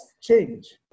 change